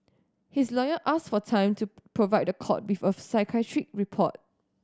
his lawyer asked for time to provide the court with a psychiatric report